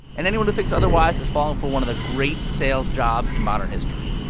and anyone who thinks otherwise is falling for one of the great sales jobs in modern history